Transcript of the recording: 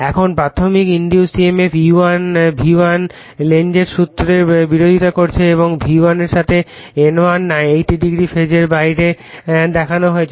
এখন প্রাথমিক induced emf E1 V1 Lenz এর সূত্রের বিরোধিতা করছে এবং V1 এর সাথে N1 80o ফেজের বাইরে দেখানো হয়েছে